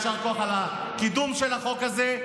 יישר כוח על קידום החוק הזה.